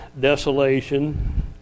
desolation